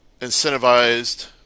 incentivized